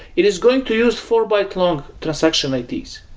it is going to use four byte long transaction i d,